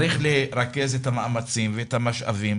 צריך לרכז את המאמצים והמשאבים